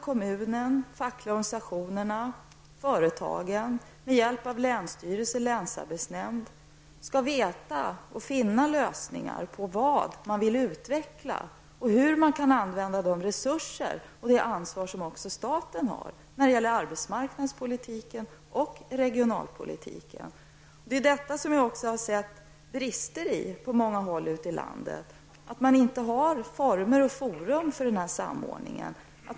Kommunen, de fackliga organisationerna och företagen skall med hjälp av länsstyrelsen och länsarbetsnämnden söka sig fram till vad man vill utveckla och hur man skall använda de resurser som staten skall ställa till förfogande i enlighet med det ansvar som staten har när det gäller arbetsmarknadspolitiken och regionalpolitiken. Det är i detta avseende som jag har sett brister på många håll ute i landet. Man har inte något forum och inte heller några former för denna samordning.